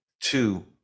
Two